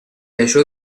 això